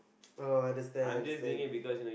oh I understand understand